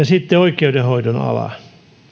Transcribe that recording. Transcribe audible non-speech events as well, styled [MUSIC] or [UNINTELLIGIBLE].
[UNINTELLIGIBLE] sitten oikeudenhoidon alaa